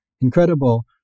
incredible